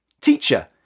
Teacher